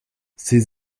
ses